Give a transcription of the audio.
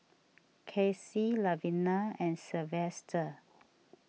Kaci Lavina and Sylvester